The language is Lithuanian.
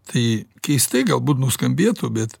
tai keistai galbūt nuskambėtų bet